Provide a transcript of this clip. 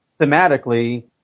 thematically